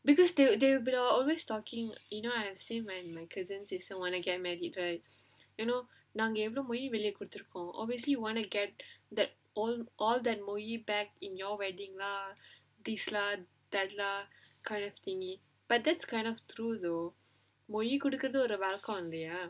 because they they are always talking you know I have seen my my cousin sister wanna to get married you know நாங்க எவ்ளோ மொய் வெளிய கொடுத்திருப்போம்:naanga evlo moi veliya koduthiruppom obviously you want to get that all all that மொயி:moiyi back in your wedding lah please lah tell lah kind of thingy but that's kind of true though மொயி கொடுக்குறது ஒரு வழக்கம் இல்லையா:moiyi kodukkurathu oru valakkam illaiyaa